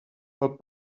for